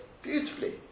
Beautifully